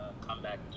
comeback